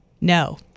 No